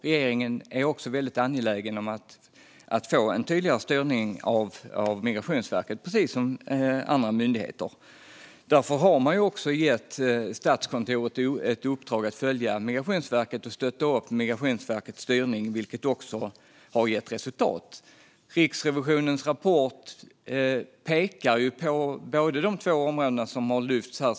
Regeringen är också angelägen om att få en tydligare styrning av Migrationsverket liksom av andra myndigheter. Därför har man gett Statskontoret i uppdrag att följa Migrationsverket och stötta Migrationsverkets styrning, vilket också har gett resultat. Riksrevisionens rapport pekar på de två områden som har lyfts upp här.